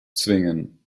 zwingen